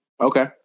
Okay